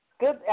Good